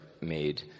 made